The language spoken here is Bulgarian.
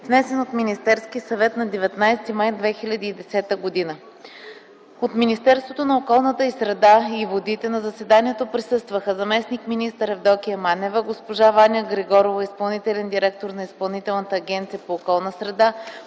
внесен от Министерския съвет на 19 май 2010 г. От Министерството на околната среда и водите на заседанието присъстваха: заместник-министър Евдокия Манева, госпожа Ваня Григорова – изпълнителен директор на Изпълнителната агенция по околна среда,